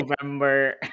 November